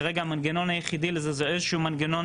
כרגע המנגנון היחידי לזה זה שאיזשהו מנגנון